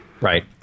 Right